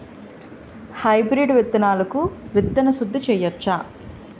Hybrid విత్తనాలకు విత్తన శుద్ది చేయవచ్చ?